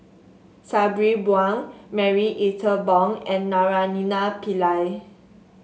Sabri Buang Marie Ethel Bong and Naraina Pillai